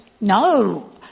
No